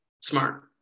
Smart